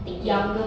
thinking